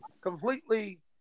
completely